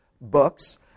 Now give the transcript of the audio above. books